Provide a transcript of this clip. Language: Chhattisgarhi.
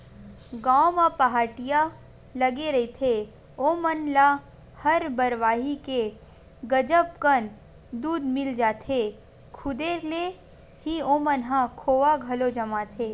गाँव म पहाटिया लगे रहिथे ओमन ल हर बरवाही के गजब कन दूद मिल जाथे, खुदे ले ही ओमन ह खोवा घलो जमाथे